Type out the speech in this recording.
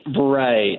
Right